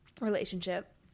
relationship